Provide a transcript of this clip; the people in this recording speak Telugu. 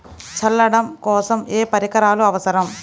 చల్లడం కోసం ఏ పరికరాలు అవసరం?